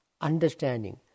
understanding